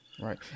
Right